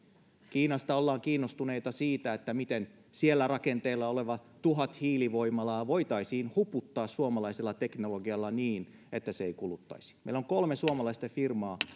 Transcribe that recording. kiinassa ollaan kiinnostuneita siitä miten siellä rakenteilla olevat tuhat hiilivoimalaa voitaisiin huputtaa suomalaisella teknologialla niin että ne eivät päästäisi meillä on kolme suomalaista firmaa